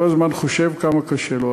וכל הזמן חושב כמה קשה לו.